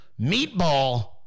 Meatball